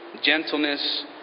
gentleness